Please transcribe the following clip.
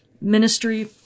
ministry